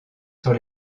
sur